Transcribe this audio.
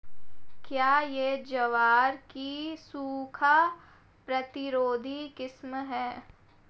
क्या यह ज्वार की सूखा प्रतिरोधी किस्म है?